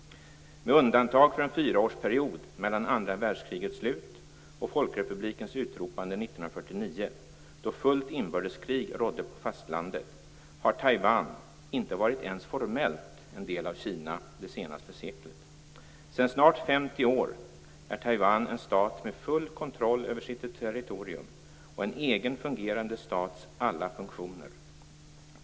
Med undantag för en fyraårsperiod mellan andra världskrigets slut och folkrepublikens utropande Taiwan inte varit ens formellt en del av Kina under det senaste seklet. Sedan snart 50 år är Taiwan en stat med full kontroll över sitt territorium och med en egen fungerande stats alla funktioner.